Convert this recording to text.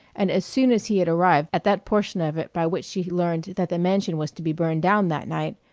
and as soon as he had arrived at that portion of it by which she learned that the mansion was to be burned down that night,